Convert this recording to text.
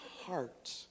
heart